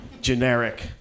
generic